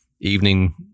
evening